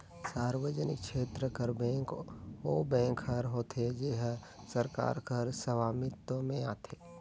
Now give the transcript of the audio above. सार्वजनिक छेत्र कर बेंक ओ बेंक हर होथे जेहर सरकार कर सवामित्व में आथे